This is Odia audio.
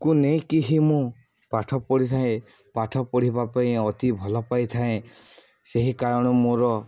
କୁ ନେଇକି ହିଁ ମୁଁ ପାଠ ପଢ଼ିଥାଏ ପାଠ ପଢ଼ିବା ପାଇଁ ଅତି ଭଲ ପାଇଥାଏ ସେହି କାରଣ ମୋର